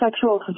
sexual